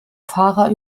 fahrer